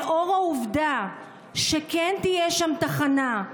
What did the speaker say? לאור העובדה שכן תהיה שם תחנה,